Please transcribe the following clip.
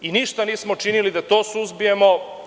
Ništa nismo učinili da to suzbijemo.